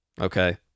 okay